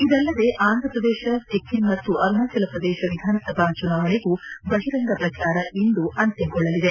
ಇದಲ್ಲದೆ ಆಂಧಪ್ರದೇಶ ಸಿಕ್ಕಿಂ ಮತ್ತು ಆರುಣಾಚಲಪ್ರದೇಶ ವಿಧಾನಸಭಾ ಚುನಾವಣೆಗೂ ಬಹಿರಂಗ ಪ್ರಜಾರ ಇಂದು ಅಂತ್ಲಗೊಳ್ಳಲಿದೆ